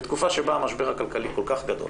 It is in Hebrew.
אני סבור שבתקופה בה המשבר הכלכלי כל כך גדול,